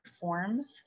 forms